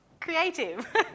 Creative